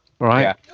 Right